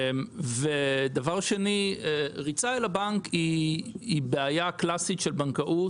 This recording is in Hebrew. דבר שני, ריצה אל הבנק היא בעיה קלאסית של בנקאות,